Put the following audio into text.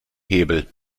hebel